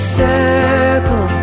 circle